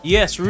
Yes